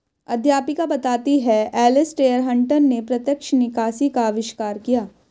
अध्यापिका बताती हैं एलेसटेयर हटंन ने प्रत्यक्ष निकासी का अविष्कार किया